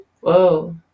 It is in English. Whoa